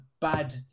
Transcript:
bad